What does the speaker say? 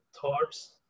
thoughts